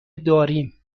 داریم